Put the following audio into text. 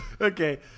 Okay